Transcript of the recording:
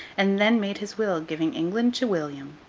and then made his will, giving england to william,